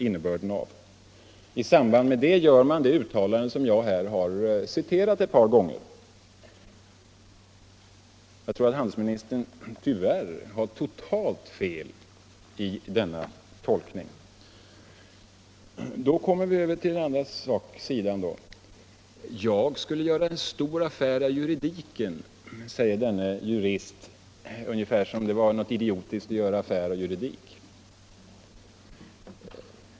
I samband därmed gör man det uttalande som jag här har citerat ett par gånger. Jag tror att handelsministern tyvärr har totalt fel i sin tolkning. Då kommer vi över till den andra saken. Jag skulle göra en stor affär av juridiken, säger denne jurist ungefär som om det var något idiotiskt att göra affär av juridik.